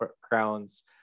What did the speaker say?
crowns